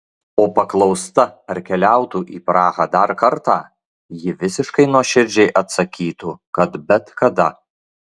o paklausta ar keliautų į prahą dar kartą ji visiškai nuoširdžiai atsakytų kad bet kada